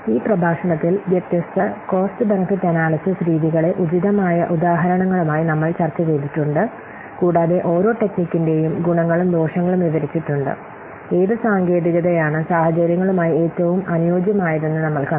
ഈ പ്രഭാഷണത്തിൽ വ്യത്യസ്ത കോസ്റ്റ് ബെനിഫിറ്റ് അനാല്യ്സിസ് രീതികളെ ഉചിതമായ ഉദാഹരണങ്ങളുമായി നമ്മൾ ചർച്ച ചെയ്തിട്ടുണ്ട് കൂടാതെ ഓരോ ടെക്നിക്കിന്റെയും ഗുണങ്ങളും ദോഷങ്ങളും വിവരിച്ചിട്ടുണ്ട് ഏത് സാങ്കേതികതയാണ് സാഹചര്യങ്ങളുമായി ഏറ്റവും അനുയോജ്യമായതെന്ന് നമ്മൾ കണ്ടു